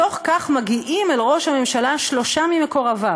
בתוך כך מגיעים אל ראש הממשלה שלושה ממקורביו"